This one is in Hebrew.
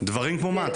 דברים כמו מה?